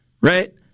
Right